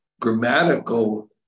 grammatical